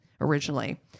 originally